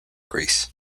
grease